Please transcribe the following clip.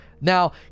Now